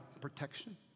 protection